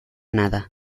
nada